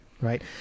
Right